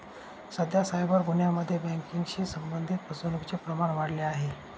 सध्या सायबर गुन्ह्यांमध्ये बँकेशी संबंधित फसवणुकीचे प्रमाण वाढले आहे